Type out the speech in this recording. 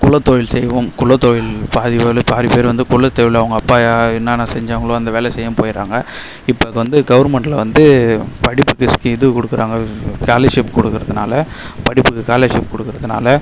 குலத்தொழில் செய்வோம் குலத்தொழில் பாதி பேர் பாதி பேர் வந்து குலத்தொழில் அவங்க அப்பா என்னான்ன செஞ்சாங்களோ அந்த வேலை செய்யவும் போயிடுறாங்க இப்போ வந்து கவர்மெண்ட்டில் வந்து படிப்புக்கு ஸ்கி இது கொடுக்குறாங்க ஸ்காலர்ஷிப் கொடுக்குறதுனால படிப்புக்கு ஸ்காலர்ஷிப் கொடுக்குறதுனால